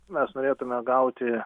mes norėtume gauti